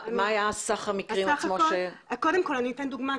מה היה סך המקרים ש --- קודם כל אני אתן דוגמה.